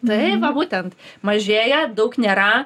taip va būtent mažėja daug nėra